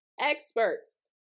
experts